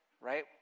right